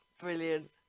Brilliant